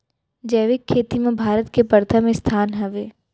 जैविक खेती मा भारत के परथम स्थान हवे